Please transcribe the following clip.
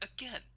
again